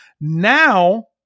Now